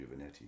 Giovanetti